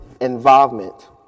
involvement